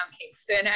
Kingston